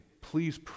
Please